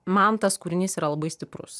man tas kūrinys yra labai stiprus